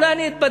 אולי אני אתבדה,